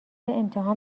امتحان